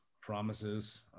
promises